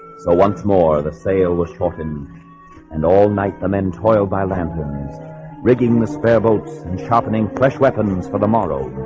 so once more the sale was shortened and all night the men toiled by lanterns rigging the spare boats and sharpening fresh weapons for the morrow